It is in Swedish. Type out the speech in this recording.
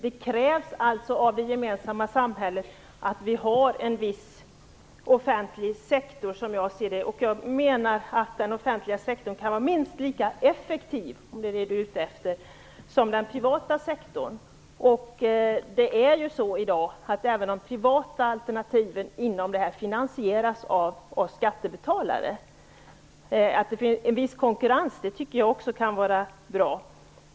Det krävs alltså av det gemensamma samhället att vi har en viss offentlig sektor, som jag ser det. Jag menar att den offentliga sektorn kan vara minst lika effektiv som den privata. Även de privata alternativen finansieras ju av oss skattebetalare. Jag tycker också att det kan vara bra med en viss konkurrens.